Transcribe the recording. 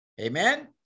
Amen